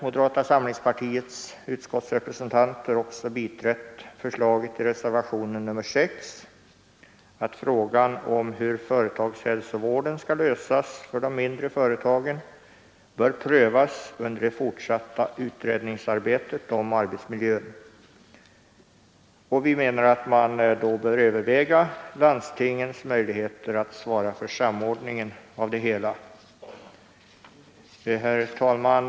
Moderata samlingspartiets utskottsrepresentanter har också biträtt förslaget i reservationen 6, nämligen att frågan om hur företagshälsovården skall lösas för de mindre företagen bör prövas under det fortsatta utredningsarbetet om arbetsmiljön. Vi menar att man bör överväga landstingens möjligheter att svara för samordningen av det hela. Herr talman!